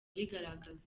abigaragaza